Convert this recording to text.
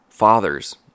Fathers